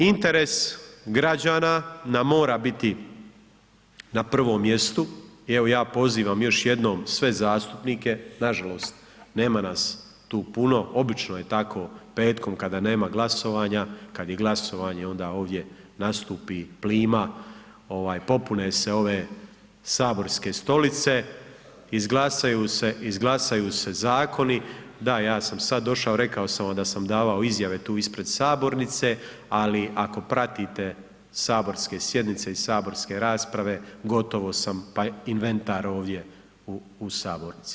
Interes građana nam mora biti na prvom mjestu, evo ja pozivam još jednom sve zastupnike nažalost nema nas tu puno obično je tako petkom kada nema glasovanja, kad je glasovanje onda ovdje nastupi plima ovaj popune se ove saborske stolice, izglasaju se, izglasaju se zakoni, da ja sam sad došao rekao sam vam da sam davao izjave tu ispred sabornice, ali ako pratite saborske sjednice i saborske rasprave gotovo sam pa inventar ovdje u sabornici.